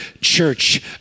church